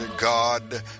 God